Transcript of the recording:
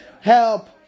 Help